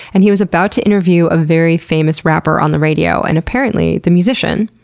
and he was about to interview a very famous rapper on the radio and apparently the musician.